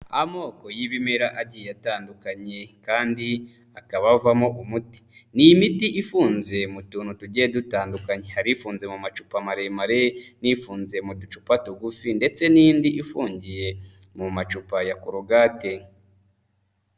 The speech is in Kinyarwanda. Amoko y'ibimera agiye atandukanye kandi akaba avamo umuti, ni imiti ifunze mu tuntu tugiye dutandukanye hari ifunze mu macupa maremare n'ifunze mu ducupa tugufi ndetse n'indi ifungiye mu macupa ya korogate.